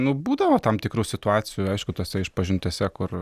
nu būdavo tam tikrų situacijų aišku tose išpažintyse kur